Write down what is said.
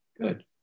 Good